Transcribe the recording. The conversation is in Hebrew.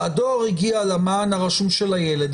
והדואר הגיע למען הרשום של הילד,